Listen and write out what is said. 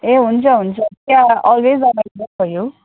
ए हुन्छ हुन्छ त्यहाँ अलवेज अभाइलेभल फर यु